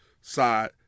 side